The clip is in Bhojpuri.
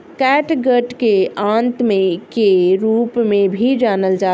कैटगट के आंत के रूप में भी जानल जाला